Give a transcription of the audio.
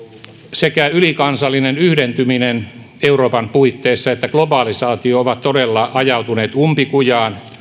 sekä ylikansallinen yhdentyminen euroopan puitteissa että globalisaatio ovat todella ajautuneet umpikujaan